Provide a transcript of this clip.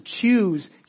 choose